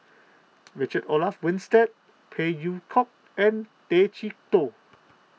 Richard Olaf Winstedt Phey Yew Kok and Tay Chee Toh